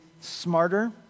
smarter